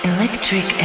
Electric